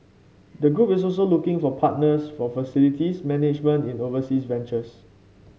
the group is also looking for partners for facilities management in overseas ventures